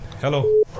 Hello